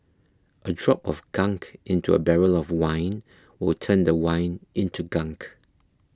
a drop of gunk into a barrel of wine will turn the wine into gunk